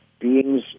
beings